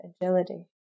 agility